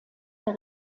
der